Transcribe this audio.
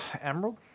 Emerald